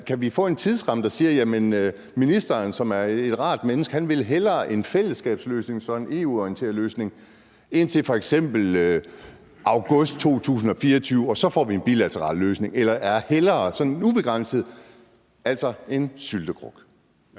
kan vi få en tidsramme, der siger, at ministeren, som er et rart menneske, vil hellere en fællesskabsløsning, en EU-orienteret løsning, indtil f.eks. august 2024, og så får vi en bilateral løsning? Eller er »hellere« sådan ubegrænset, altså en syltekrukke?